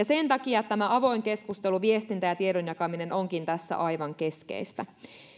sen takia tämä avoin keskustelu viestintä ja tiedon jakaminen onkin tässä aivan keskeistä